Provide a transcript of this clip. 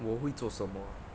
我会做什么